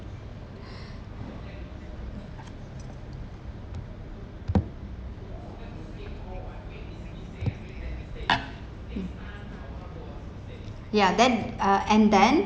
yeah that uh and then